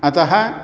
अतः